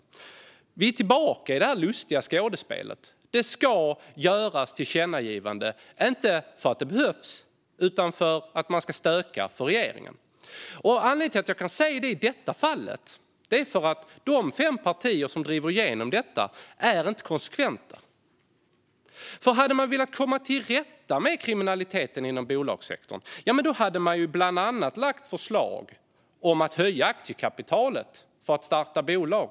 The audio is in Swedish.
Då är vi tillbaka i det där lustiga skådespelet att man vill göra ett tillkännagivande inte för att det behövs utan för att stöka till det för regeringen. Anledningen till att jag kan säga det i det här fallet är att de fem partier som driver igenom detta inte är konsekventa. Hade man velat komma till rätta med kriminaliteten inom bolagssektorn hade man nämligen bland annat lagt fram förslag om att höja aktiekapitalet för att starta bolag.